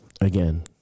again